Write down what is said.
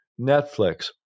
Netflix